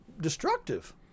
destructive